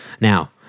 Now